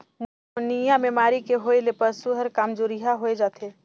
pneumonia बेमारी के होय ले पसु हर कामजोरिहा होय जाथे